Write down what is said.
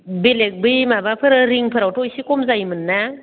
बेलेग बै माबाफोर रिंफोरावथ' एसे खम जायोमोन ना